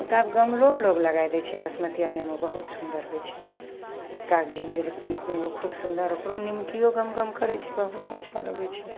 ओ तऽ आब गमलोमे लोभेजि लगै दै छै बसमतिआ नेबो बहुत सुन्दर होइ छै कागजी नियर एतनी एतनीगो खूब सुन्दर ओकरो निमकिओ गमगम करै छै बहुत अच्छा लगै छै